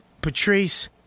Patrice